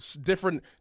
different